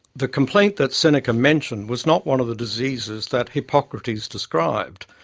the complaint that seneca mentioned was not one of the diseases that hippocrates described,